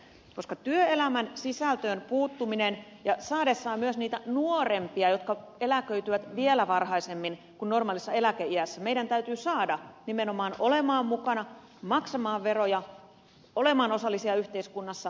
työelämän sisältöön on puututtava ja myös niitä nuorempia jotka eläköityvät vielä varhaisemmin kuin normaalissa eläkeiässä täytyy saada nimenomaan olemaan mukana maksamaan veroja olemaan osallisia yhteiskunnassa